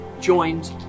joined